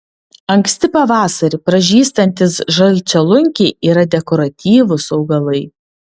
anksti pavasarį pražystantys žalčialunkiai yra dekoratyvūs augalai